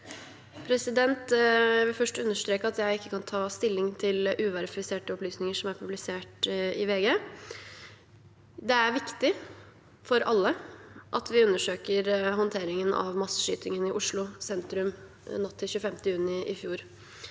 Jeg vil først under- streke at jeg ikke kan ta stilling til uverifiserte opplysninger som er publisert i VG. Det er viktig for alle at vi undersøker håndteringen av masseskytingen i Oslo sentrum natt til 25. juni i fjor.